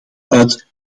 uit